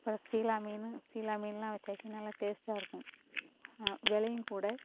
அப்புறோம் சீலா மீன் சீலா மீனெலாம் சேர்த்தீங்கன்னா நல்லா டேஸ்ட்டாக இருக்கும் விலையும் கூட